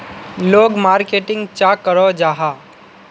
लोग मार्केटिंग चाँ करो जाहा?